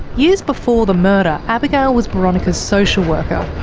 years before the murder, abigail was boronika's social worker.